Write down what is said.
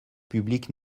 publique